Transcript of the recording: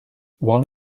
while